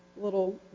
little